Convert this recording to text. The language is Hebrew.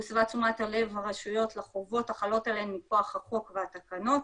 הוסבה תשומת לב הרשויות לחובות החלות עליהם מכוח החוק והתקנות.